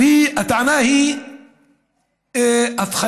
והטענה היא הפחתת,